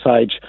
age